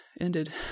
ended